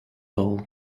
all